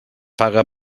paga